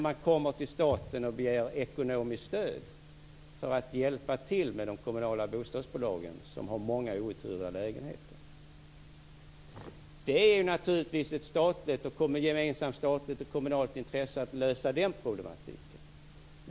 Man kommer till staten och begär ekonomiskt stöd för att hjälpa till med de kommunala bostadsbolagen, som har många outhyrda lägenheter. Det är naturligtvis ett gemensamt statligt och kommunalt intresse att lösa den problematiken.